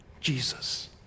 Jesus